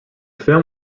film